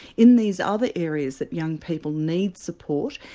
in these other areas that young people need support,